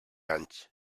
anys